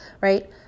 Right